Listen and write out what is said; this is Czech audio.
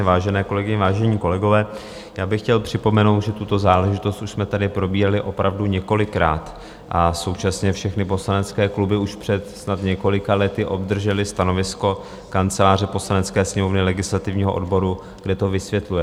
Vážené kolegyně, vážení kolegové, já bych chtěl připomenout, že tuto záležitost už jsme tady probírali opravdu několikrát a současně všechny poslanecké kluby už před snad několika lety obdržely stanovisko Kanceláře Poslanecké sněmovny, legislativního odboru, kde to vysvětluje.